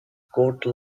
quote